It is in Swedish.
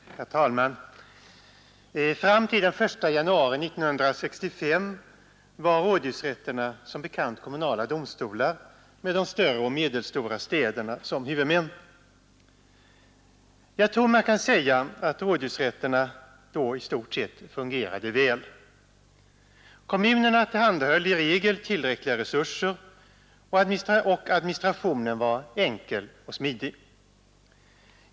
Herr talman! Fram till den 1 januari 1965 var rådhusrätterna som bekant kommunala domstolar med de större och medelstora städerna som huvudmän. Jag tror man kan säga att rådhusrätterna då i stort sett fungerade väl. Kommunerna tillhandahöll i regel tillräckliga resurser, och administrationen var enkel och smidig.